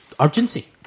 urgency